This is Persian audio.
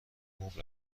مبل